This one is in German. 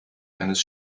eines